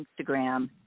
Instagram